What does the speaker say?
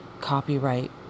copyright